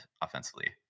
offensively